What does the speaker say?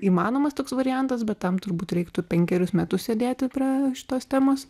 įmanomas toks variantas bet tam turbūt reiktų penkerius metus sėdėti prie šitos temos